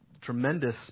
tremendous